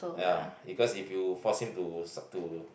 ya because if you force him to start to